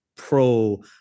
Pro